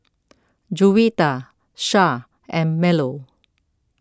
Juwita Syah and Melur